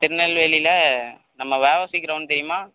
திருநெல்வேலியில நம்ம வாஉசி க்ரௌண்ட் தெரியுமா